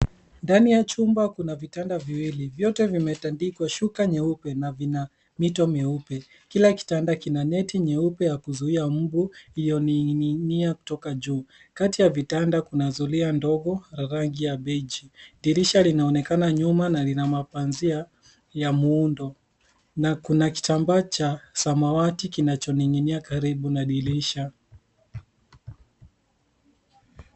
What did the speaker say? Ndani ya chumba kuna vitanda viwili. Vyote vimetandikwa shuka nyeupe na vina mito myeupe. Kila kitanda kina neti nyeupe ya kuzuia mbu iliyong'inia kutoka juu. Kati ya vitanda kuna zulia ndogo ya rangi ya beige . Dirisha linaonekana nyuma na lina mapazia ya muundo na kuna kitambaa cha samawati kinachoning'inia karibu na dirisha.